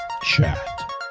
Chat